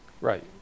right